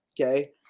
Okay